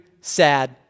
sad